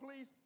Please